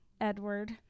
Edward